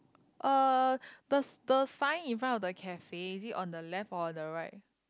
uh the the sign in front of the cafe is it on the left or on the right